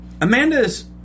Amanda's